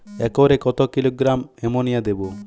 একরে কত kilogram ammonia দেবো?